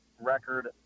record